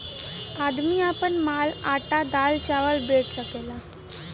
आदमी आपन माल आटा दाल चावल बेच सकेला